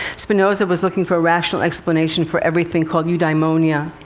spinoza was looking for a rational explanation for everything, called eudaemonia.